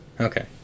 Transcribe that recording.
Okay